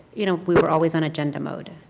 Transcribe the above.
you know we were always on edge and mode.